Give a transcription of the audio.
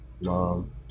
mom